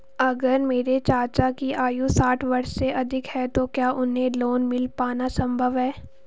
अगर मेरे चाचा की आयु साठ वर्ष से अधिक है तो क्या उन्हें लोन मिल पाना संभव है?